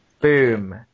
Boom